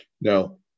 no